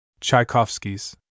Tchaikovsky's